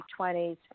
20s